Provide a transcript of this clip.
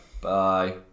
bye